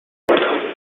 one